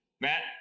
Matt